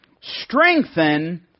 strengthen